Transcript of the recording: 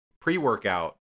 pre-workout